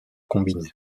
combiné